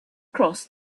cross